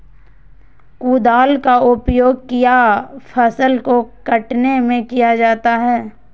कुदाल का उपयोग किया फसल को कटने में किया जाता हैं?